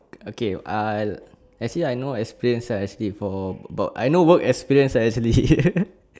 okay I actually I no experience ah actually for about I not work experience ah actually